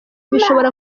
bishobora